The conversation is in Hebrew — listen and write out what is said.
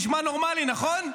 נשמע נורמלי, נכון?